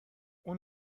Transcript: اون